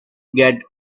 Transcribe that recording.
get